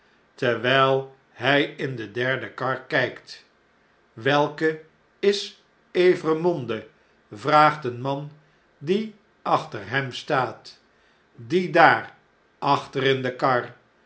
terwijl hij in de derde kar kijkt b welke is evremonde vraagt een man die achter hem staat uie daar achter in de kar